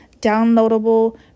downloadable